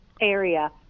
area